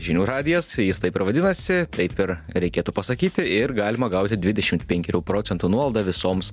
žinių radijas jis taip ir vadinasi taip ir reikėtų pasakyti ir galima gauti dvidešimt penkerių procentų nuolaidą visoms